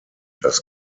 das